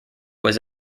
was